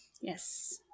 Yes